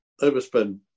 overspend